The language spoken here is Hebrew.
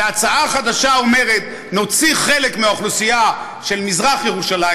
וההצעה החדשה אומרת: נוציא חלק מהאוכלוסייה של מזרח ירושלים,